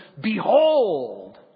behold